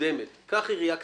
מוקדמת קח עירייה קטנה.